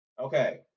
Okay